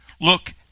look